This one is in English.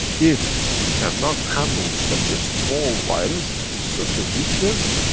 if we can not handle such a small virus with such a weakness,